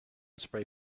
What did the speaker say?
spray